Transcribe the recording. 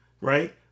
right